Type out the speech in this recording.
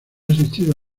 asistido